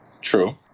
True